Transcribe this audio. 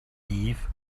eve